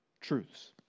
truths